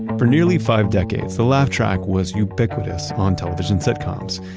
for nearly five decades, the laugh track was ubiquitous on television sitcoms,